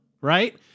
right